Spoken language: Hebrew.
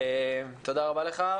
תודה רבה לך.